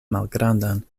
malgrandan